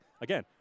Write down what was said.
again